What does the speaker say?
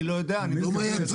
אני לא יודע, אני לא --- לא מהיצרן.